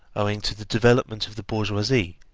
owing to the development of the bourgeoisie,